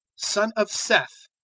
son of seth,